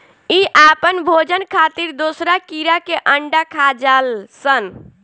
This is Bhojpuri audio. इ आपन भोजन खातिर दोसरा कीड़ा के अंडा खा जालऽ सन